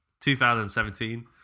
2017